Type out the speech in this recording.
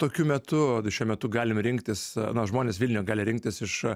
tokiu metu šiuo metu galim rinktis na žmonės vilniuje gali rinktis iš